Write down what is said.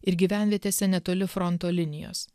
ir gyvenvietėse netoli fronto linijos